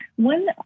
one